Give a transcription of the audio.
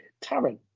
Taryn